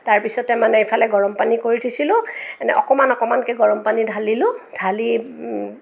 তাৰপিছতে মানে ইফালে গৰমপানী কৰি থৈছিলোঁ মানে অকণমান অকণমানকে গৰমপানী ঢালিলোঁ ঢালি